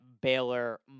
baylor